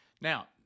Now